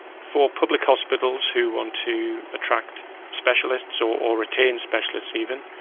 for public hospitals who want to attract specialists or retain specialists even,